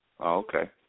Okay